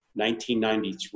1993